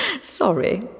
Sorry